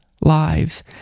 lives